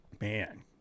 Man